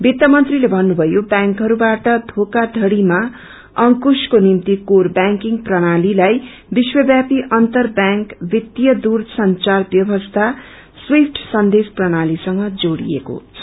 बित्त मन्त्रीले भन्नुभयो ब्यांकहरूबाट षोखायड़ीमा अंकुशको निम्ति कोर व्यांकिंग प्रणालीलाई विश्वव्यापी अन्तर व्यांक वित्तीय दूरसंचार व्यवस्था स्विफ्ट संदेश प्रणालीसंग जोड़िएको छ